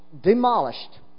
demolished